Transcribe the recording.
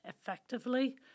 effectively